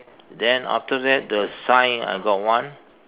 then after that the sign I got one